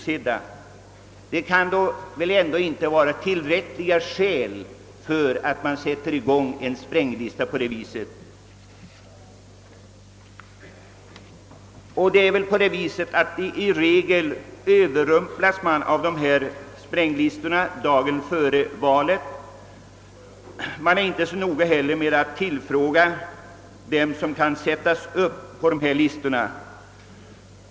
Men det kan väl ändå inte vara tillräckligt skäl för att framlägga en spränglista! I regel överrumplas man av sådana här spränglistor dagarna före valet; vederbörande är inte heller så noga med att tillfråga dem de sätter upp på dessa listor.